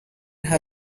her